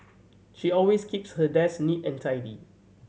she always keeps her desk neat and tidy